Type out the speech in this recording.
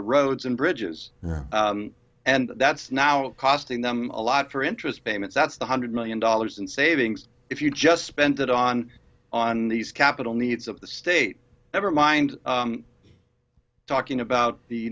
roads and bridges and that's now it costing them a lot for interest payments that's one hundred million dollars in savings if you just spend it on on these capital needs of the state never mind talking about the